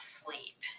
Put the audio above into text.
sleep